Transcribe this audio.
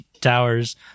towers